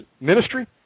ministry